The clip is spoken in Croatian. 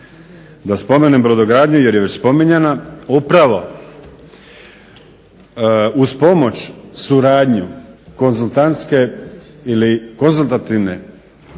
Da spomenem brodogradnju jer je već spominjana. Upravo uz pomoć suradnju konzultantske ili konzultativnu